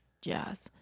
jazz